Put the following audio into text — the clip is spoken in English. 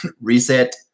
Reset